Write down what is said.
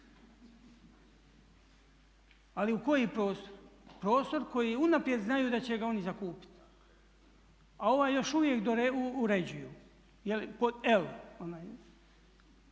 Ali u koji prostor? Prostor koji unaprijed znaju da će ga oni zakupiti a ovaj još uvijek uređuju. Je li